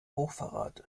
hochverrat